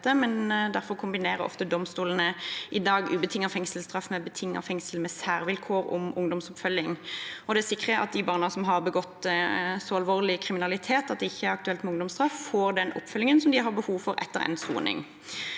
men derfor kombinerer ofte domstolene i dag ubetinget fengselsstraff med betinget fengsel med særvilkår om ungdomsoppfølging. Det sikrer at de barna som har begått så alvorlig kriminalitet at det ikke er aktuelt med ungdomsstraff, får den oppfølgingen de har behov for, etter endt soning.